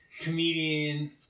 comedian